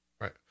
right